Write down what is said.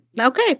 okay